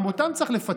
גם אותם צריך לפצות.